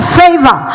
favor